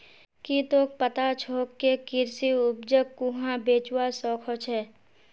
की तोक पता छोक के कृषि उपजक कुहाँ बेचवा स ख छ